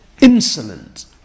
insolent